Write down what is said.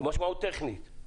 המשמעות היא טכנית.